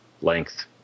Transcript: length